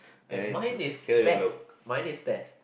eh mine is best mine is best